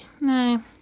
No